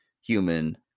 human